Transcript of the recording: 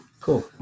Cool